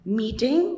meeting